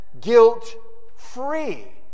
guilt-free